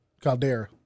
Caldera